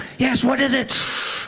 yes, what is it?